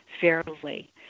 fairly